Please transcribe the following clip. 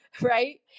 right